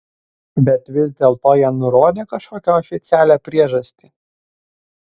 bet vis dėlto jie nurodė kažkokią oficialią priežastį